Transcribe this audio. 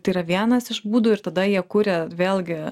tai yra vienas iš būdų ir tada jie kuria vėlgi